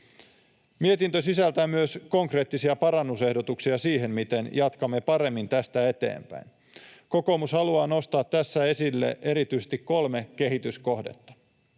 Mietintö sisältää myös konkreettisia parannusehdotuksia siihen, miten jatkamme paremmin tästä eteenpäin. Kokoomus haluaa nostaa tässä esille erityisesti kolme kehityskohdetta: